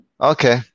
okay